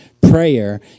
Prayer